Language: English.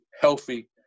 healthy